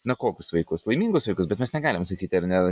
na kokius vaikus laimingus vaikus bet mes negalime sakyti ar ne